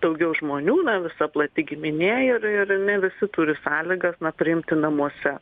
daugiau žmonių na visa plati giminė ir ir ne visi turi sąlygas na priimti namuose